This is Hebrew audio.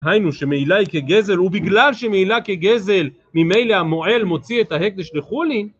היינו שמעילה היא כגזל ובגלל שמעילה כגזל ממילא המועל מוציא את ההקדש לחולין